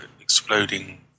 exploding